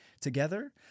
together